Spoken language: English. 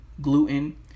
gluten